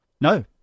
No